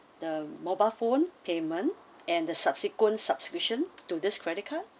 the mobile phone payment and the subsequent subscription to this credit card